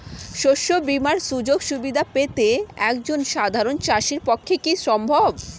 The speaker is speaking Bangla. শস্য বীমার সুযোগ সুবিধা পেতে একজন সাধারন চাষির পক্ষে কি সম্ভব?